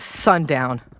Sundown